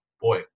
Boy